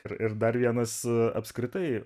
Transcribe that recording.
ir ir dar vienas apskritai